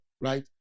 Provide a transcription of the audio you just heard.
right